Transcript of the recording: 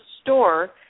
store